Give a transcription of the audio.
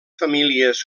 famílies